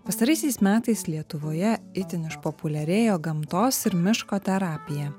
pastaraisiais metais lietuvoje itin išpopuliarėjo gamtos ir miško terapija